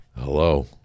Hello